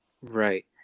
Right